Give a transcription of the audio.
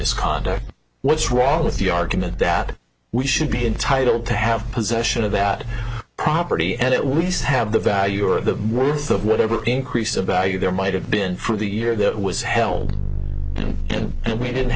misconduct what's wrong with the argument that we should be entitled to have possession of that property and it we should have the value or the worth of whatever increase about you there might have been for the year that was held and we didn't